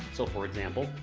so, for example,